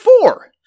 Four—